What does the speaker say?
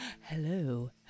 hello